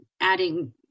adding